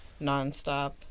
nonstop